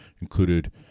included